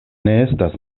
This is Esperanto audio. estas